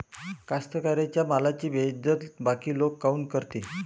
कास्तकाराइच्या मालाची बेइज्जती बाकी लोक काऊन करते?